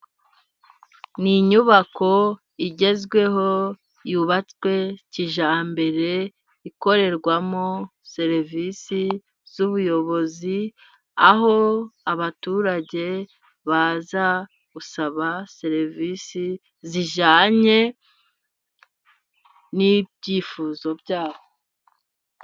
Ni inyubako igezweho yubatswe kijyambere ikorerwamo serivisi z'ubuyobozi aho abaturage baza gusaba serivisi zijyanye n'ibyifuzo byabo.